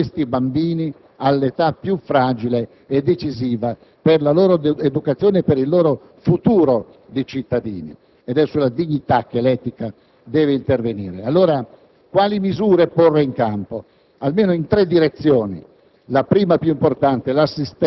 di persona di questi bambini nell'età più fragile e decisiva per la loro educazione e per il loro futuro di cittadini; è sulla dignità che l'etica deve intervenire. Allora, quali misure porre in campo? Bisogna intervenire